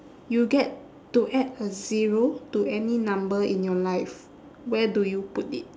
you get to add a zero to any number in your life where do you put it